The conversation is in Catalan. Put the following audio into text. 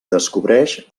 descobreix